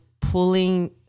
pulling